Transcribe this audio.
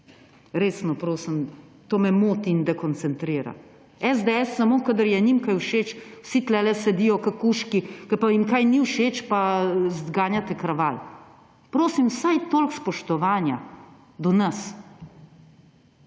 Resno prosim, to me moti in dekoncentrira. SDS samo kadar je njim kaj všeč, vsi tule sedijo kot kužki, ko pa jim kaj ni všeč, pa zganjate kraval. Prosim vsaj toliko spoštovanja do nas,